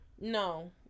No